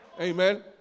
amen